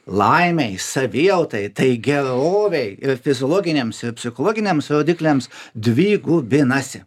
laimei savijautai tai gerovei ir fiziologiniams ir psichologiniams rodikliams dvigubinasi